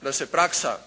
da se praksa